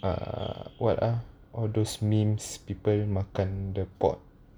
uh what are all those memes people makan the pot